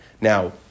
Now